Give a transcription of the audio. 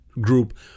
group